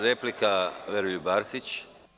Replika, Veroljub Arsić.